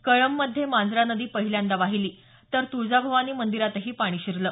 कळंबमध्ये मांजरा नदी पहिल्यांदा वाहिली तर तुळजाभवानी मंदीरातही पाणी शिरलं